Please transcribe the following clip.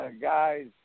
guys